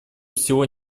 всего